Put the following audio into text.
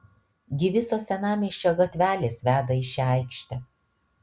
gi visos senamiesčio gatvelės veda į šią aikštę